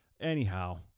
Anyhow